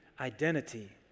identity